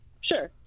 sure